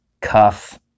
cuff